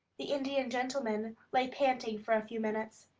the indian gentleman lay panting for a few minutes,